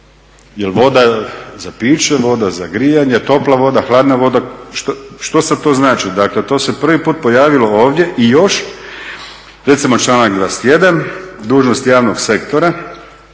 Jel voda za piće, voda za grijanje, topla voda, hladna voda, što sad to znači? Dakle, to se prvi put pojavilo ovdje. I još, recimo članak 21., dužnost javnog sektora,